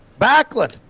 Backlund